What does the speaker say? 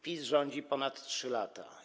PiS rządzi ponad 3 lata.